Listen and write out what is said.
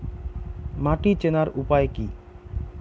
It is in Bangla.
মাটি চেনার উপায় কি?